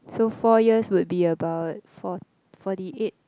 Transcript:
so four years would be about fort forty eight